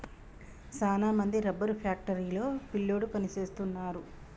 సాన మంది rubber factory లో పిల్లోడు పని సేస్తున్నారు